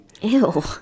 Ew